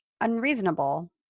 unreasonable